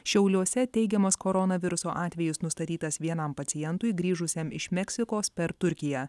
šiauliuose teigiamas koronaviruso atvejis nustatytas vienam pacientui grįžusiam iš meksikos per turkiją